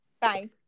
Bye